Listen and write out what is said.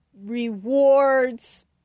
rewards